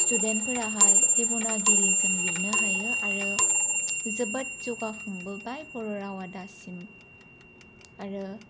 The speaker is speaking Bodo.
स्टुडेन्टफोराहाय देवनागरिजों लिरनो हायो आरो जोबोर जौगाखांबोबाय बर' रावा दासिम आरो